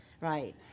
right